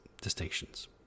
distinctions